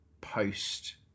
post